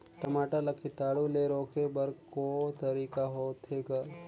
टमाटर ला कीटाणु ले रोके बर को तरीका होथे ग?